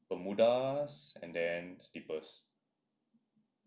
bermudas and then slippers